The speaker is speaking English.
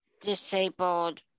disabled